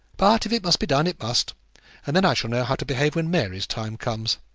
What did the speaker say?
but if it must be done, it must and then i shall know how to behave when mary's time comes.